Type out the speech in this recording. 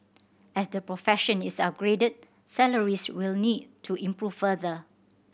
as the profession is upgraded salaries will need to improve further